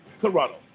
Corrado